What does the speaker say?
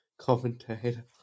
commentator